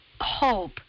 hope